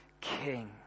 king